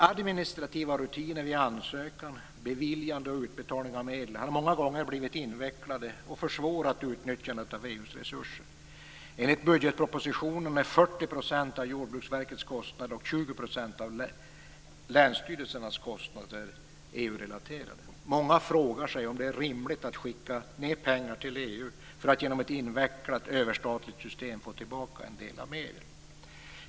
Administrativa rutiner vid ansökan, beviljande och utbetalning av medel har många gånger blivit invecklade och försvårat utnyttjandet av EU:s resurser. Enligt budgetpropositionen är 40 % av Jordbruksverkets kostnader och 20 % av länsstyrelsernas kostnader EU relaterade. Många frågar sig om det är rimligt att skicka ned pengar till EU för att genom ett invecklat överstatligt system få tillbaka en del av medlen.